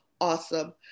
awesome